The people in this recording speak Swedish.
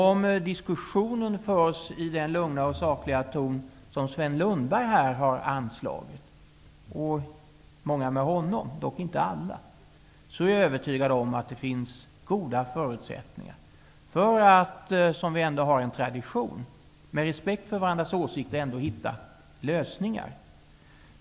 Om diskussionen förs i den lugna och sakliga ton som Sven Lundberg och många med honom -- dock inte alla -- här har anslagit är jag övertygad om att det finns goda förutsättningar för att man, med respekt för varandras åsikter, hittar lösningar. Vi har ju ändå en sådan tradition.